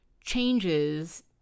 changes